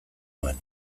nuen